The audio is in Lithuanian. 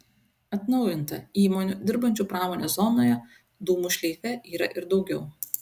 atnaujinta įmonių dirbančių pramonės zonoje dūmų šleife yra ir daugiau